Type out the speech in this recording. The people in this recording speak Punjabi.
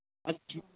ਅੱਛਾ